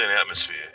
atmosphere